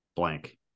blank